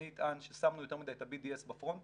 אני אטען ששמנו יותר מדי את ה-BDS בפרונט